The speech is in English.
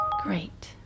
Great